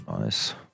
Nice